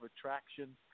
attraction